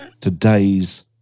today's